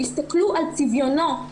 תסתכלו על צביונו,